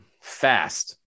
fast